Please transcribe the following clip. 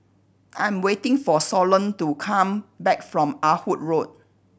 I'm waiting for Solon to come back from Ah Hood Road